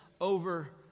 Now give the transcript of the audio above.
over